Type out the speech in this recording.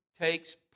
takes